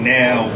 now